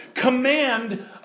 command